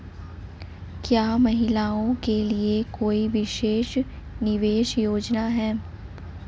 क्या महिलाओं के लिए कोई विशेष निवेश योजना है?